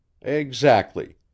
Exactly